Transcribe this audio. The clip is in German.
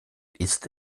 ist